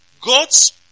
God's